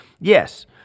yes